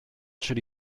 should